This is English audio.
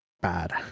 bad